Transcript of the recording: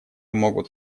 могут